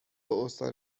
استان